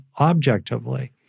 objectively